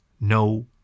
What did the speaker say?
no